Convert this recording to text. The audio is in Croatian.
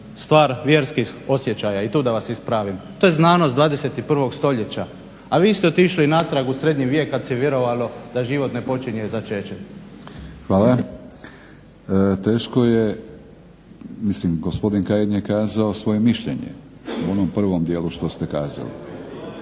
stvar vjerskih osjećaja i tu da vas ispravim. To je znanost 21.stoljeća a vi ste otišli natrag u Srednji vijek kada se vjerovalo da život ne počinje začećem. **Batinić, Milorad (HNS)** Hvala. Teško je mislim gospodin Kajin je kazao svoje mišljenje u onom prvom dijelu što ste kazali.